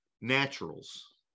naturals